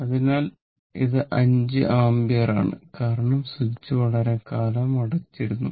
അതിനാൽ ഇത് 5 ആമ്പിയറാണ് കാരണം സ്വിച്ച് വളരെക്കാലം അടച്ചിരുന്നു